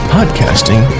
Podcasting